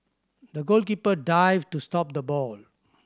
the goalkeeper dived to stop the ball